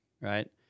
right